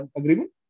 agreement